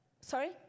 Sorry